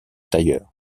tailleur